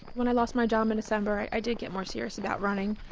when i lost my job in december, i did get more serious about running.